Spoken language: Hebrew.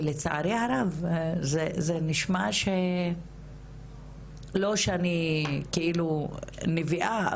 ולצערי הרב זה נשמע שלא שאני כאילו נביאה,